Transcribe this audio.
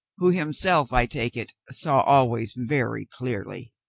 who himself, i take it, saw always very clearly.